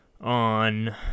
on